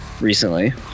recently